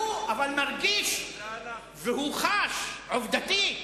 אבל הוא מרגיש, הוא חש, עובדתית,